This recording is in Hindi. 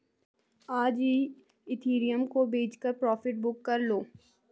आज ही इथिरियम को बेचकर प्रॉफिट बुक कर लो